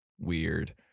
weird